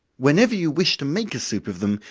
whenever you wish to make a soup of them,